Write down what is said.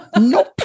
Nope